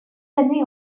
années